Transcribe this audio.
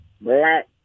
black